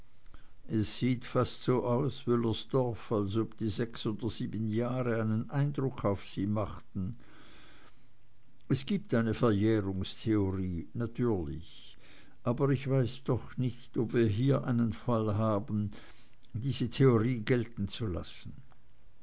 es sieht fast so aus wüllersdorf als ob die sechs oder sieben jahre einen eindruck auf sie machten es gibt eine verjährungstheorie natürlich aber ich weiß doch nicht ob wir hier einen fall haben diese theorie gelten zu lassen